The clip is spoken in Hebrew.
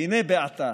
והנה בעתה".